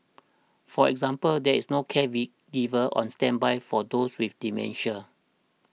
for example there is no caregiver on standby for those with dementia